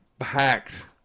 hacked